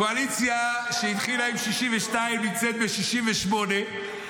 קואליציה שהתחילה עם 62 נמצאת ב-68,